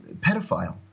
pedophile